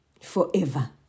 forever